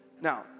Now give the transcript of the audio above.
now